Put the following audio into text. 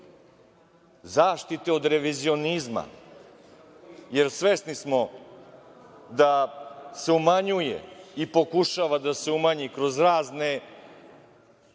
zaštite od revizionizma, jer svesni smo da se umanjuje i pokušava da se umanji kroz razne